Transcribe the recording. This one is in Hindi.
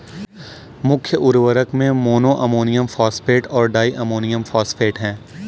मुख्य उर्वरक में मोनो अमोनियम फॉस्फेट और डाई अमोनियम फॉस्फेट हैं